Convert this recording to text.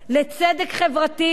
לצדק חברתי,